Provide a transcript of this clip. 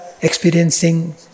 experiencing